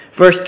Verse